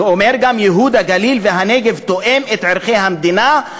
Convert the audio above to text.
והוא אומר גם: "ייהוד הגליל והנגב תואם את ערכי המדינה".